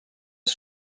els